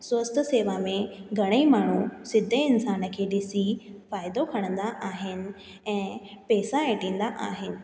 स्वस्थ शेवा में माण्हू सिधे इंसान खे ॾिसी फ़ाइदो खणंदा आहिनि ऐं पैसा एठिंदा आहिनि